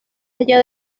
allá